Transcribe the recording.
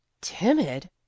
Timid